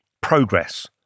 progress